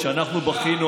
כשאנחנו בכינו,